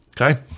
Okay